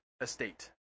estate